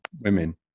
women